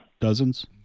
Dozens